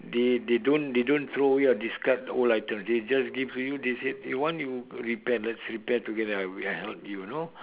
they they don't they don't throw away or discard old item they just give to you they said you want you repair let's repair together I'll I help you you know